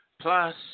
plus